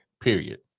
Period